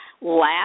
last